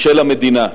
ושל המדינה,